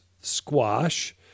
squash